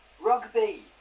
Rugby